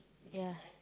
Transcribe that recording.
ya